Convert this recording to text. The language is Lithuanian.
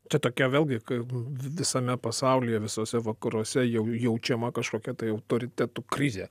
čia tokia vėlgi visame pasaulyje visuose vakaruose jau jaučiama kažkokia tai autoritetų krizė